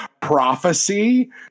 prophecy